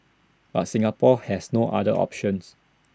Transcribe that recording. but Singapore has no other options